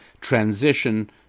transition